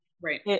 right